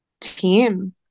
team